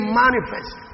manifest